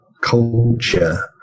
culture